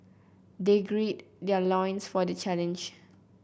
they gird their loins for the challenge